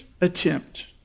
attempt